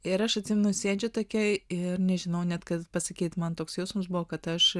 ir aš atsimenu sėdžiu tokia ir nežinau net kas pasakyt man toks jausmas buvo kad aš